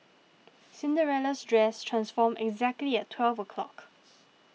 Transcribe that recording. Cinderella's dress transformed exactly at twelve o'clock